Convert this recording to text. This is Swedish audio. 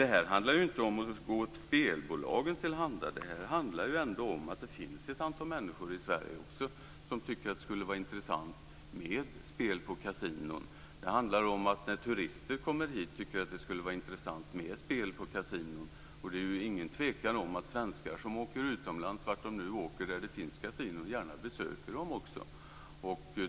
Detta handlar inte om att gå spelbolagen till handa, utan det handlar om att det finns ett antal människor i Sverige som tycker att det skulle vara intressant att spela på kasinon. Också turister kan tycka att det vore intressant med spel på kasinon. Det är ingen tvekan om att de svenskar som åker utomlands där det finns kasinon gärna besöker dem.